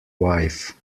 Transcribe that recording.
wife